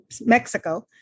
Mexico